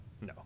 no